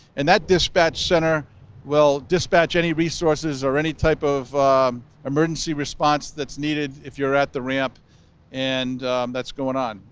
and that dispatch center will dispatch any resources or any type of emergency response that's needed if you're at the ramp and that's going on.